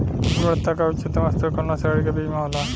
गुणवत्ता क उच्चतम स्तर कउना श्रेणी क बीज मे होला?